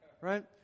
Right